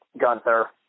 Gunther